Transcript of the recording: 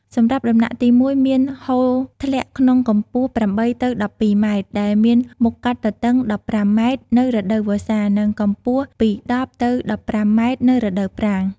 សម្រាប់់ដំណាក់ទី១ មានហូរធ្លាក់ក្នុងកម្ពស់ ៨ ទៅ ១២ម៉ែត្រ ដែលមានមុខកាត់ទទឹង ១៥ម៉ែត្រ នៅរដូវវស្សា និងកម្ពស់ពី១០ ទៅ ១៥ម៉ែត្រ នៅរដូវប្រាំង។